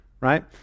right